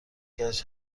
کسی